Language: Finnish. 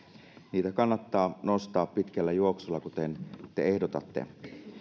niitä kannattaa nostaa pitkällä juoksulla kuten te ehdotatte